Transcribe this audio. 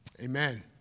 Amen